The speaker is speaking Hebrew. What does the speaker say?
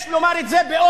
יש לומר את זה באומץ.